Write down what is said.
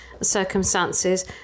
circumstances